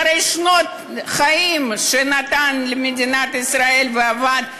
אחרי שנות חיים שנתן למדינת ישראל ועבד,